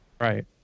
Right